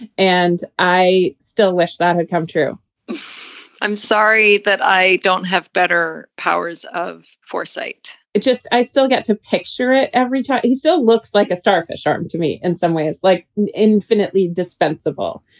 and i still wish that had come true i'm sorry that i don't have better powers of foresight it just i still get to picture it every time. he still looks like a starfish. arms to me in some way is like infinitely dispensable.